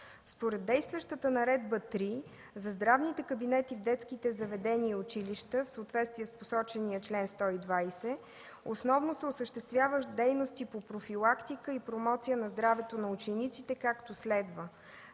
Според действащата Наредба № 3 за здравните кабинети в детските заведения и училища, в съответствие с посочения чл. 120, основно се осъществяват дейности по профилактика и промоция на здравето на учениците, както следва: